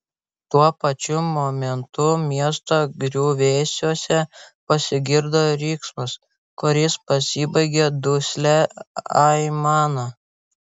tuo pačiu momentu miesto griuvėsiuose pasigirdo riksmas kuris pasibaigė duslia aimana